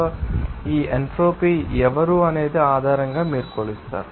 కాబట్టి ఈ ఎంట్రోపీ ఎవరు అనేదాని ఆధారంగా మీరు కొలుస్తారు